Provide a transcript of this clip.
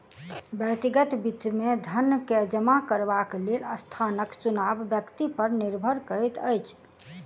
व्यक्तिगत वित्त मे धन के जमा करबाक लेल स्थानक चुनाव व्यक्ति पर निर्भर करैत अछि